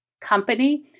company